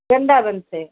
वृंदावन से